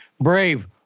Brave